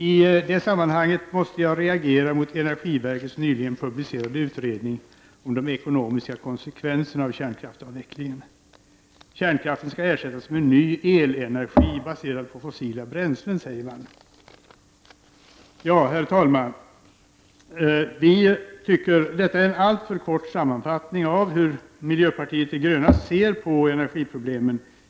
I det sammanhanget måste jag reagera mot energiverkets nyligen publicerade utredning om ekonomiska konsekvenser av kärnkraftsavvecklingen. Kärnkraften skall ersättas med ny elenergi baserad på fossila bränslen, säger man. Herr talman! Detta var en alltför kort sammanfattning av hur miljöpartiet de gröna ser på energiproblemen.